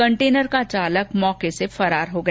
container का चालक मौके से फरार हो गया